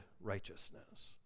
righteousness